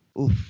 oof